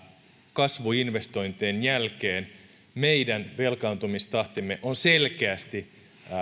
kasvuinvestointien jälkeen meidän velkaantumistahtimme on selkeästi